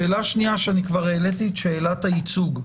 שאלה שנייה, כבר העליתי את שאלת הייצוג: